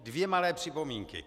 Dvě malé připomínky.